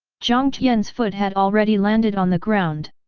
jiang tian's foot had already landed on the ground.